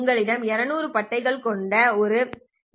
உங்களிடம் 200 பட்டைகள் கொண்ட ஒரு டி